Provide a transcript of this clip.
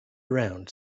around